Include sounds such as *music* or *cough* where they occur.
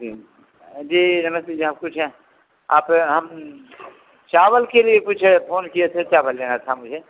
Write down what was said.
जी जी नमस्ते जी *unintelligible* कुछ है आप हम चावल के लिए पूछे फोन किए थे चावल लेना था मुझे